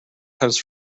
comes